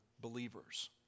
believers